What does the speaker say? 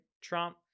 trump